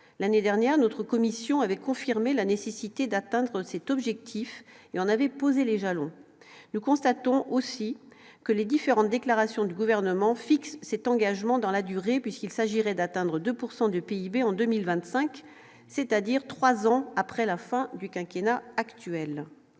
l'année dernière, notre commission avait confirmé la nécessité d'atteindre cet objectif et on avait posé les jalons nous constatons aussi que les différentes déclarations du gouvernement fixe c'est engagement dans la durée, puisqu'il s'agirait d'atteindre 2 pourcent du PIB en 2025, c'est-à-dire 3 ans après la fin du quinquennat actuel